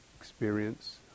experience